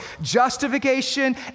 Justification